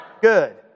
Good